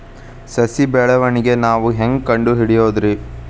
ಸಸಿ ಬೆಳವಣಿಗೆ ನೇವು ಹ್ಯಾಂಗ ಕಂಡುಹಿಡಿಯೋದರಿ?